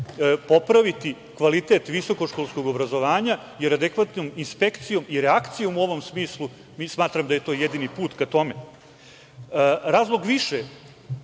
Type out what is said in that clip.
popraviti kvalitet visokoškolskog obrazovanja, jer adekvatnom inspekcijom i reakcijom u tom smislu…Smatram da je to jedini put ka tome. Razlog više